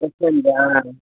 யஷ்வந்த்தா